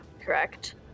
correct